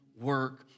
work